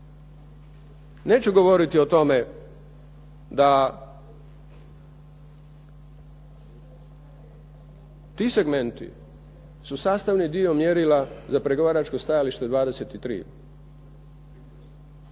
Neću govoriti o tome da ti segmenti su sastavni dio mjerila za pregovaračko stajalište – 23.